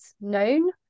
known